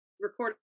record